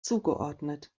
zugeordnet